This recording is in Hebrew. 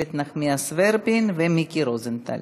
איילת נחמיאס ורבין ומיקי רוזנטל.